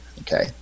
Okay